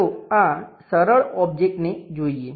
ચાલો આ સરળ ઓબ્જેક્ટને જોઈએ